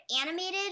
animated